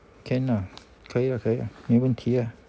can lah 可以啦可以没问题啦